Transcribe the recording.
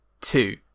two